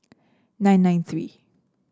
nine nine three